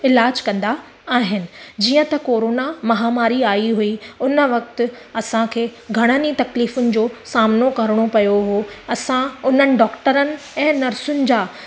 इलाज कंदा आहिनि जीअं त कोरोना माहमारी आई हुई उन वक़्त असांखे घणनि ई तकलीफ़ुनि जो सामनो करिणो पियो हुयो असां उन्हनि डॉक्टरनि ऐं नर्सियुनि जा